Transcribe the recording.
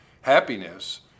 happiness